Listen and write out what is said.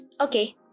okay